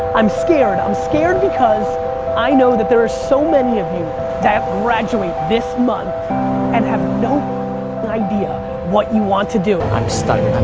i'm scared. i'm scared because i know that there are so many of you that graduate this month and have no idea what you want to do. i'm stuck, i'm